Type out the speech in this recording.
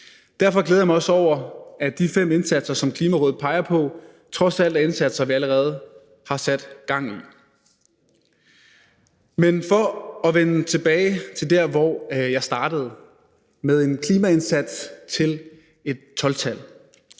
Derfor glæder jeg mig også over, at de fem indsatser, som Klimarådet peger på, trods alt er indsatser, vi allerede har sat gang i. Men lad mig vende tilbage til der, hvor jeg startede, nemlig med at tale om en klimaindsats til et 12-tal.